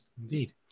Indeed